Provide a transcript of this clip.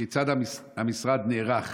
כיצד המשרד נערך